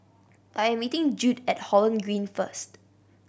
I'm meeting Jude at Holland Green first